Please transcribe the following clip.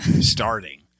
starting